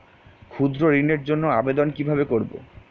ক্ষুদ্র ঋণের জন্য আবেদন কিভাবে করব?